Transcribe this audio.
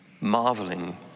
marveling